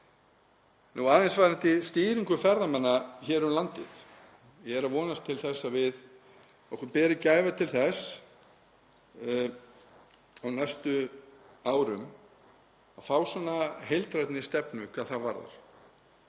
Aðeins um stýringu ferðamanna um landið. Ég er að vonast til þess að við berum gæfu til þess á næstu árum að fá heildrænni stefnu hvað það varðar.